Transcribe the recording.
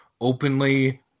openly